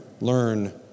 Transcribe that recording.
learn